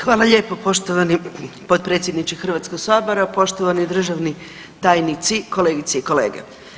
Hvala lijepo poštovani potpredsjedniče Hrvatskog sabora, poštovani državni tajnici, kolegice i kolege.